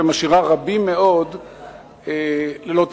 ומשאירה רבים מאוד ללא תקווה,